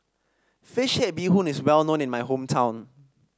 fish head Bee Hoon is well known in my hometown